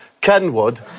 Kenwood